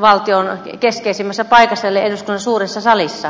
valtion keskeisimmässä paikassa eli eduskunnan suuressa salissa